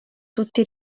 tutti